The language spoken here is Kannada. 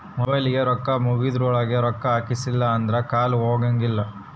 ಮೊಬೈಲಿಗೆ ರೊಕ್ಕ ಮುಗೆದ್ರೊಳಗ ರೊಕ್ಕ ಹಾಕ್ಸಿಲ್ಲಿಲ್ಲ ಅಂದ್ರ ಕಾಲ್ ಹೊಗಕಿಲ್ಲ